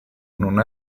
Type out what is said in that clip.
non